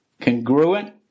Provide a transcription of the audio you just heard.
Congruent